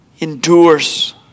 endures